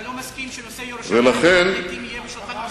אתה לא מסכים שנושא ירושלים והפליטים יהיו על שולחן המשא-ומתן.